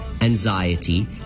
anxiety